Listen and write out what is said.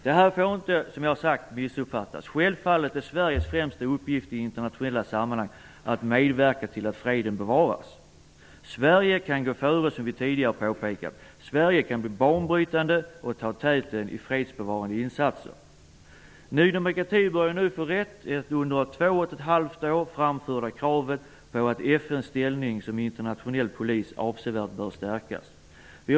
Det sagda får inte missuppfattas. Självfallet är Sveriges främsta uppgift i internationella sammanhang att medverka till att freden bevaras. Sverige kan gå före, som vi tidigare påpekat. Sverige kan bli banbrytande och ta täten i fredsbevarande insatser. Ny demokratis under två och ett halvt år framförda krav på att FN:s ställning som internationell polis avsevärt bör stärkas börjar ny visa sig vara rätt.